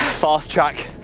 fast track.